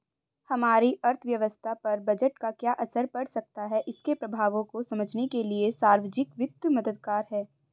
हमारी अर्थव्यवस्था पर बजट का क्या असर पड़ सकता है इसके प्रभावों को समझने के लिए सार्वजिक वित्त मददगार है